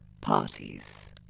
parties